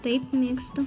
taip mėgstu